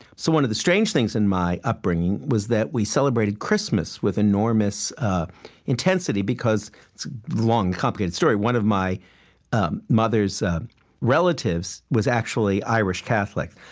so one of the strange things in my upbringing was that we celebrated christmas with enormous intensity, because it's a long and complicated story one of my um mother's relatives was actually irish catholic.